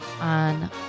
on